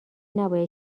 نباید